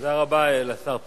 תודה רבה לשר פלד.